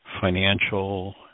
financial